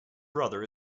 brother